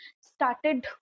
started